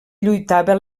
lluitava